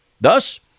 Thus